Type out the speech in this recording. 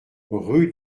rue